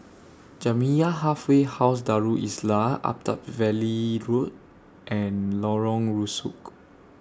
Jamiyah Halfway House Darul Islah Attap Valley Road and Lorong Rusuk